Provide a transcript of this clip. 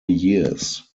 years